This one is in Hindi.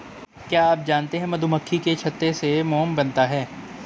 क्या आप जानते है मधुमक्खी के छत्ते से मोम बनता है